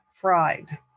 fried